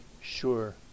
sure